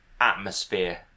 atmosphere